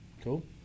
cool